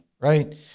right